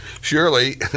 Surely